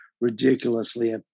ridiculously